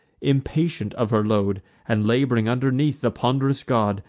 impatient of her load, and lab'ring underneath the pond'rous god,